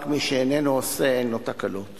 רק מי שאיננו עושה אין לו תקלות.